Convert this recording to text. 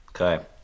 Okay